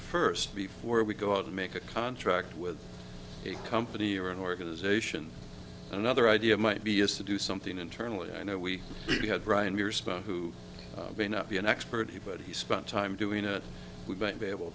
first before we go out and make a contract with a company or an organization another idea might be is to do something internally i know we had brian respond who may not be an expert here but he spent time doing that we might be able